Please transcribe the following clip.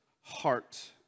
heart